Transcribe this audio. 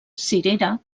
cirera